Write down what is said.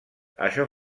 això